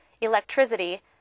electricity